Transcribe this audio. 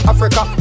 Africa